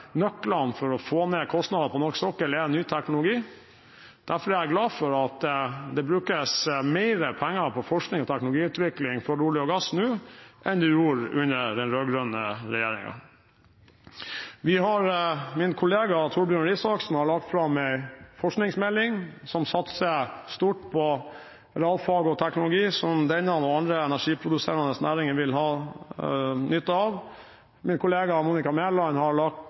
nøklene for å få ned kostnadene på norsk sokkel er ny teknologi. Derfor er jeg glad for at det brukes mer penger på forskning og teknologiutvikling for olje og gass nå enn det gjorde under den rød-grønne regjeringen. Min kollega, statsråd Torbjørn Røe Isaksen, har lagt fram en forskingsmelding som satser stort på realfag og teknologi, som denne og andre energiproduserende næringer vil ha nytte av. Min kollega, statsråd Monica Mæland, har lagt